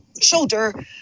shoulder